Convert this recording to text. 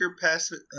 passive